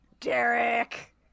Derek